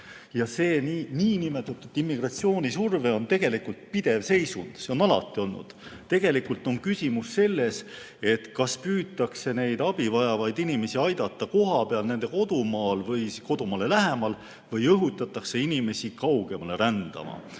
Ja see nn immigratsioonisurve on tegelikult pidev seisund, see on alati olnud. Tegelikult on küsimus selles, kas püütakse abi vajavaid inimesi aidata kohapeal, nende kodumaal või siis kodumaale lähemal, või õhutatakse inimesi kaugemale rändama.